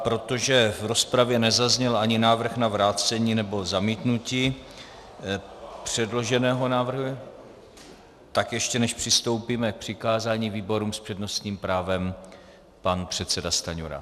Protože v rozpravě nezazněl ani návrh na vrácení nebo zamítnutí předloženého návrhu, tak ještě než přistoupíme k přikázání výborům, s přednostním právem pan předseda Stanjura.